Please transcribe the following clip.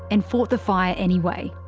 and fought the fire anyway.